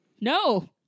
no